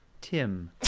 Tim